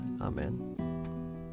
Amen